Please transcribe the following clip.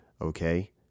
Okay